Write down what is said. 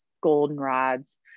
goldenrods